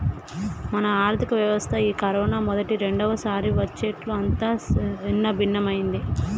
మన ఆర్థిక వ్యవస్థ ఈ కరోనా మొదటి రెండవసారి వచ్చేట్లు అంతా సిన్నభిన్నమైంది